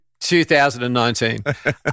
2019